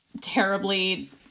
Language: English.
terribly